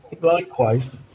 Likewise